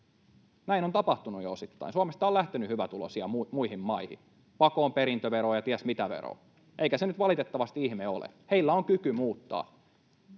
Näin on tapahtunut jo osittain, Suomesta on lähtenyt hyvätuloisia muihin maihin pakoon perintöveroa ja ties mitä veroa. Eikä se nyt valitettavasti ihme ole. Heillä on kyky muuttaa.